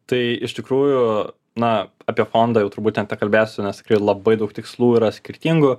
tai iš tikrųjų na apie fondą jau turbūt net nekalbėsiu nes tikrai labai daug tikslų yra skirtingų